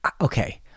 okay